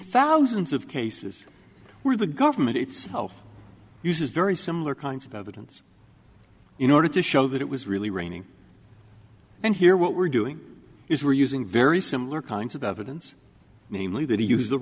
thousands of cases where the government itself uses very similar kinds of evidence in order to show that it was really raining and here what we're doing is we're using very similar kinds of evidence namely that he use